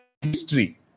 history